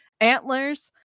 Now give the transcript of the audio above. antlers